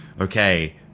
okay